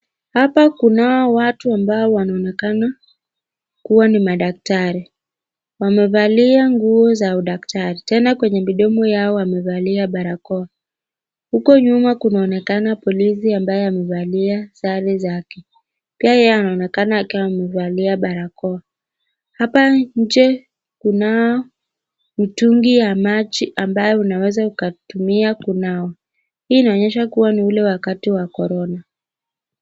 Hapa kunao watu ambao wanaonekana kuwa ni madaktari. Wamevalia nguo za udaktari, tena kwenye midomo yao wamevalia barakoa. Huko nyuma kunaonekana polisi ambaye amevalia sare zake, pia yeye anaonekana amevalia barakoa. Hapa nje kunao mtungi ya maji ambayo unaweza kutumia kunawa, hii inaonyesha ni ile wakati wa Corona.